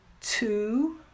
two